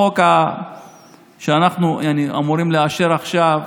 החוק שאנחנו אמורים לאשר עכשיו,